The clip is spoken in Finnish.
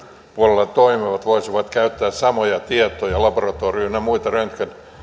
puolella toimivat voisivat käyttää samoja tietoja laboratorio ynnä muita